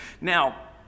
Now